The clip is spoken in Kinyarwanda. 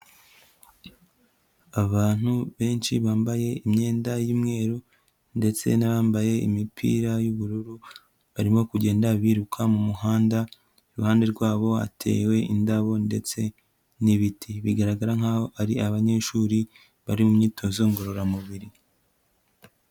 Abantu benshi bambaye imyenda y'umweru ndetse n'abambaye imipira y'ubururu barimo kugenda biruka mu muhanda, iruhande rwabo hatewe indabo ndetse n'ibiti, bigaragara nkaho ari abanyeshuri bari mu myitozo ngororamubiri.